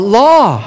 law